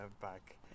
back